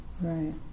Right